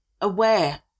aware